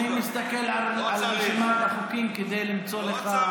אני מסתכל על רשימת החוקים כדי למצוא לך,